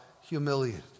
humiliated